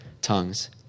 tongues